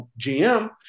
GM